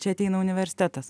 čia ateina universitetas